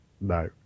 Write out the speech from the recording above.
no